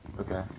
Okay